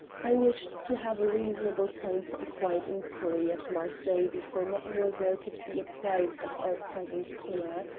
i wished to have a reasonable time for quiet inquiry at marseilles before mademoiselle could be apprised of our presence here.